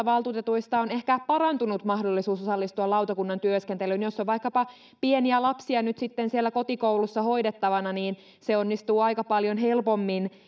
valtuutetuista on oikeastaan ehkä parantunut mahdollisuus osallistua lautakunnan työskentelyyn jos on vaikkapa pieniä lapsia nyt siellä kotikoulussa hoidettavana niin se onnistuu aika paljon helpommin